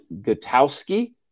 Gutowski